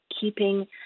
keeping